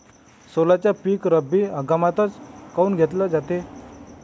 सोल्याचं पीक रब्बी हंगामातच काऊन घेतलं जाते?